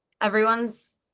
everyone's